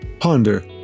ponder